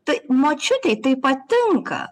tai močiutei tai patinka